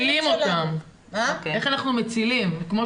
איך אנחנו מצילים אותם.